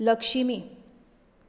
Lakshmi